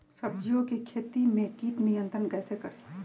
सब्जियों की खेती में कीट नियंत्रण कैसे करें?